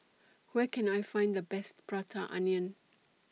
Where Can I Find The Best Prata Onion